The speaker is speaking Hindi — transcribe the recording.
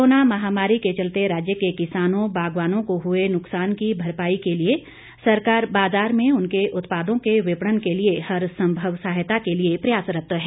कोरोना महामारी के चलते राज्य के किसानों बागवानों को हुए नुकसान की भरपाई के लिए सरकार बाजार में उनके उत्पादों के विपणन के लिए हर संभव सहायता के लिए प्रयासरत है